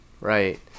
Right